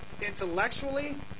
intellectually